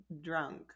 drunk